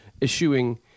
issuing